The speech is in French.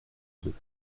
deux